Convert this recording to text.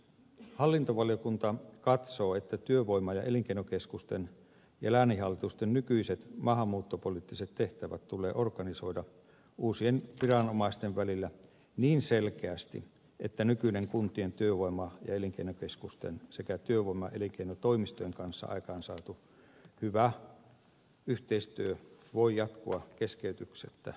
hallintovaliokunta katsoo että työvoima ja elinkeinokeskusten ja lääninhallitusten nykyiset maahanmuuttopoliittiset tehtävät tulee organisoida uusien viranomaisten välillä niin selkeästi että nykyinen kuntien työvoima ja elinkeinokeskusten sekä työvoima ja elinkeinotoimistojen kanssa aikaansaatu hyvä yhteistyö voi jatkua keskeytyksettä tulevaisuudessakin